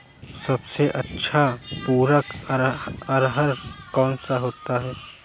सबसे अच्छा पूरक आहार कौन सा होता है?